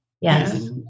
Yes